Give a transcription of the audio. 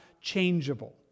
changeable